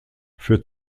für